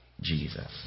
Jesus